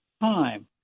time